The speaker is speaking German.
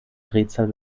drehzahl